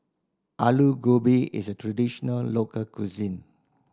Alu Gobi is a traditional local cuisine